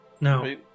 No